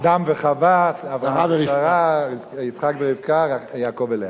אדם וחוה, אברהם ושרה, יצחק ורבקה, יעקב ולאה.